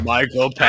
Michael